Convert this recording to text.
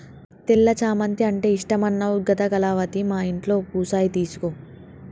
తెల్ల చామంతి అంటే ఇష్టమన్నావు కదా కళావతి మా ఇంట్లో పూసాయి తీసుకో